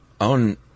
own